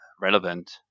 relevant